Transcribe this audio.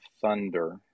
Thunder